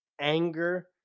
anger